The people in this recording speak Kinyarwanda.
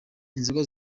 inzoga